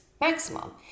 maximum